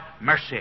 mercy